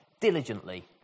diligently